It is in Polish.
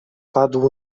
padł